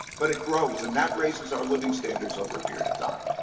but it grows, and that raises our living standards over a period of time.